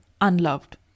unloved